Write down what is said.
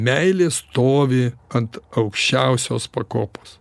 meilė stovi ant aukščiausios pakopos